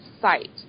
site